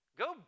go